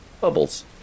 bubbles